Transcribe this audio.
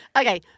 Okay